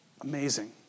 Amazing